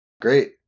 Great